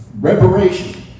reparation